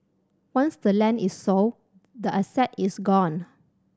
once the land is sold the asset is gone